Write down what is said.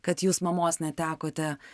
kad jūs mamos netekote